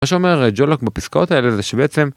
מה שאומר ג'ולוק בפסקאות האלה זה שבעצם.